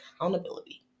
accountability